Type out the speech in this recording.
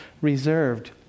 Reserved